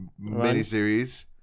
miniseries